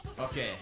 Okay